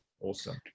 Awesome